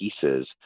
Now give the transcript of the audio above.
pieces